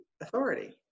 authority